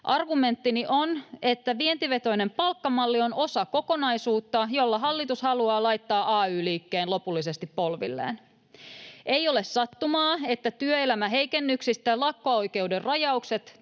Argumenttini on, että vientivetoinen palkkamalli on osa kokonaisuutta, jolla hallitus haluaa laittaa ay-liikkeen lopullisesti polvilleen. Ei ole sattumaa, että työelämäheikennyksistä lakko-oikeuden rajaukset